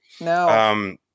No